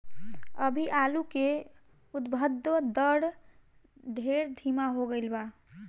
अभी आलू के उद्भव दर ढेर धीमा हो गईल बा